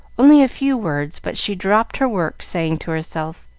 only a few words, but she dropped her work, saying to herself